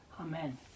Amen